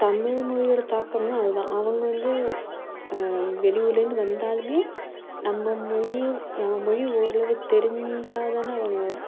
தமிழ் மொழியோட தாக்கம்ன்னா அதான் அவங்க வந்து வெளியூர்லருந்து வந்தாலுமே நம்ம மொழியும் நம்ம மொழி ஓரளவுக்கு தெரிஞ்சாதானே அவங்க